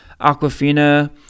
aquafina